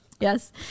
Yes